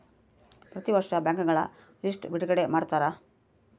ಪ್ರತಿ ವರ್ಷ ಬ್ಯಾಂಕ್ಗಳ ಲಿಸ್ಟ್ ಬಿಡುಗಡೆ ಮಾಡ್ತಾರ